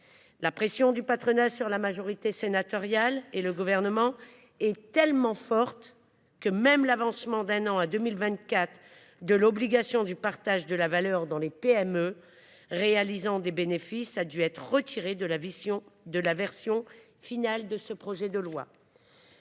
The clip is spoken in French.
La pression du patronat sur la majorité sénatoriale et le Gouvernement est tellement forte que même l’avancement d’une année – à 2024 – de l’obligation du partage de la valeur dans les PME réalisant des bénéfices a été retiré de la version finale de ce projet de loi.